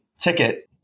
ticket